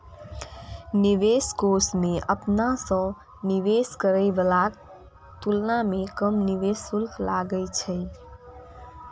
निवेश कोष मे अपना सं निवेश करै बलाक तुलना मे कम निवेश शुल्क लागै छै